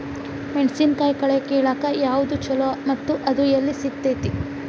ಮೆಣಸಿನಕಾಯಿ ಕಳೆ ಕಿಳಾಕ್ ಯಾವ್ದು ಛಲೋ ಮತ್ತು ಅದು ಎಲ್ಲಿ ಸಿಗತೇತಿ?